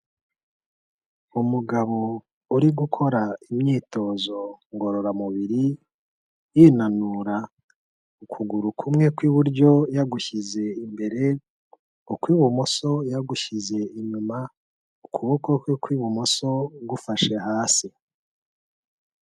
Umugabo uri gukora imyitozo ngororamubiri, yinanura, ukuguru kumwe kw'iburyo yagushyize imbere, ukw'ibumoso yagushyize inyuma, ukuboko kwe kw'ibumoso gufashe hasi.